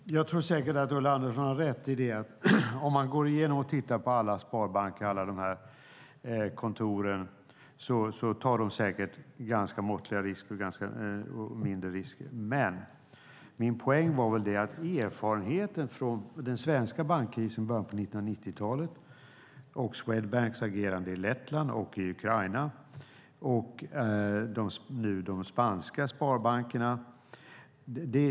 Fru talman! Jag tror säkert att Ulla Andersson har rätt i att om man går igenom och tittar på alla sparbanker och alla de här kontoren ser man säkert att de tar ganska måttliga risker. Men min poäng gällde väl erfarenheten från den svenska bankkrisen i början av 1990-talet, Swedbanks agerande i Lettland och i Ukraina och nu de spanska sparbankerna.